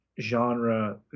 genre